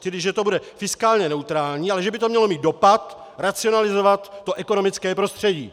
Čili že to bude fiskálně neutrální, ale že by to mělo mít dopad racionalizovat ekonomické prostředí.